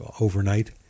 overnight